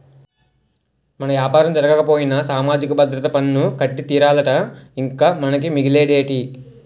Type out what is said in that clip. మన యాపారం జరగకపోయినా సామాజిక భద్రత పన్ను కట్టి తీరాలట ఇంక మనకి మిగిలేదేటి